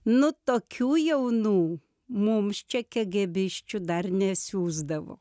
nu tokių jaunų mums čia kgbisčių dar nesiųsdavo